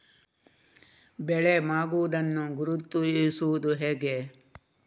ಬೆಳೆ ಮಾಗುವುದನ್ನು ಗುರುತಿಸುವುದು ಹೇಗೆ?